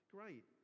Great